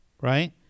right